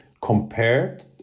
compared